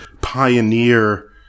pioneer